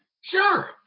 Sure